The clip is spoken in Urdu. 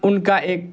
ان کا ایک